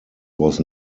was